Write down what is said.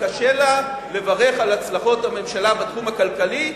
וקשה לה לברך על הצלחות הממשלה בתחום הכלכלי.